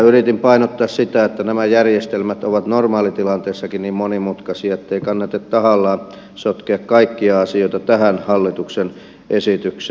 yritin painottaa sitä että nämä järjestelmät ovat normaalitilanteessakin niin monimutkaisia ettei kannata tahallaan sotkea kaikkia asioita tähän hallituksen esitykseen